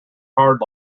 hard